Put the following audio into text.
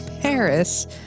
Paris